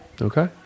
Okay